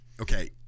okay